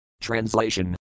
Translation